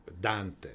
Dante